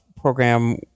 program